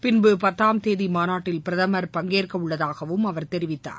பின்பு பத்தாம் தேதி மாநாட்டில் பிரதமர் பங்கேற்கவுள்ளதாகவும் அவர் தெரிவித்தார்